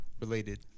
related